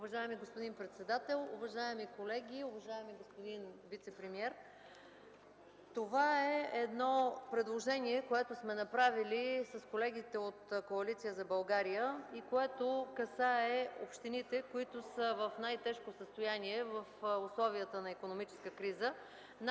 Уважаеми господин председател, уважаеми колеги, уважаеми господин вицепремиер! Това е едно предложение, което сме направили с колегите от Коалиция за България, което касае общините, които са в най-тежко състояние в условията на икономическа криза.